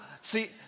see